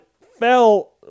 fell